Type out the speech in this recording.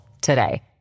today